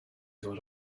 dod